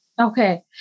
Okay